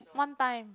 one time